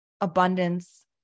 abundance